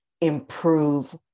improve